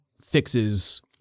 fixes